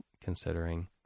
considering